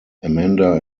amanda